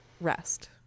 rest